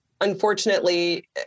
unfortunately